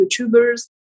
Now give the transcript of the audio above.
YouTubers